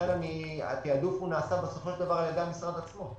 לכן התעדוף בסופו של דבר נעשה על ידי המשרד עצמו.